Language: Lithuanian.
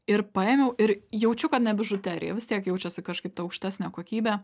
ir paėmiau ir jaučiu kad ne bižuterija vis tiek jaučiasi kažkaip ta aukštesnė kokybė